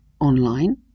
online